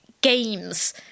games